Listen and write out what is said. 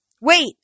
Wait